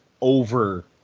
over